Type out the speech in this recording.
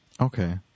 Okay